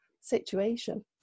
situation